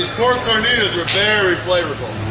pork carnitas are very flavorful!